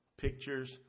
pictures